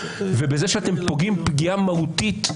ובזה שאתם פוגעים פגיעה מהותית,